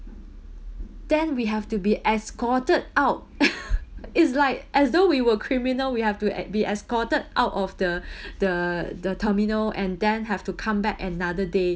then we have to be escorted out is like as though we were criminal we have to esc~ be escorted out of the the the terminal and then have to come back another day